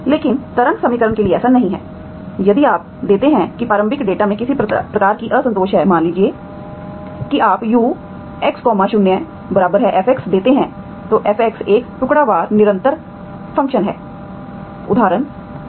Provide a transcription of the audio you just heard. लेकिन तरंग समीकरण के लिए ऐसा नहीं है यदि आप देते हैं कि प्रारंभिक डेटा में किसी प्रकार की असंतोष है मान लीजिए कि आप ux0f देते हैं तो f एक टुकड़ावार निरंतर फंक्शन है उदाहरण के लिए